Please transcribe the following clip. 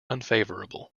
unfavourable